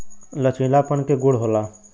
लचीलापन के गुण होला